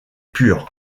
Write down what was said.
pur